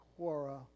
Quora